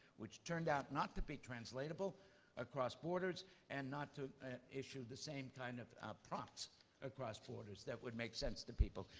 which turned out not to be translatable across borders and not to issue the same kind of prompts across borders that would make sense to people.